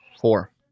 four